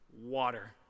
water